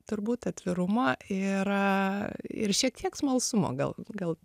turbūt atvirumo ir ir šiek tiek smalsumo gal gal